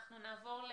אנחנו נעבור לסרג'